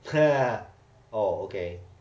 !huh! oh okay